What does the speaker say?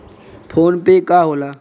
PhonePe का होला?